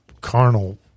carnal